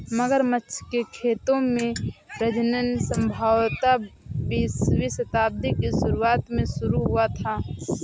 मगरमच्छ के खेतों में प्रजनन संभवतः बीसवीं शताब्दी की शुरुआत में शुरू हुआ था